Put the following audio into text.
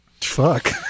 Fuck